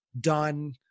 done